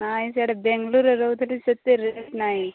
ନାହିଁ ସିଆଡ଼େ ବେଙ୍ଗାଲୋର୍ରେ ରହୁଥିଲି ସେତେ ରେଟ୍ ନାହିଁ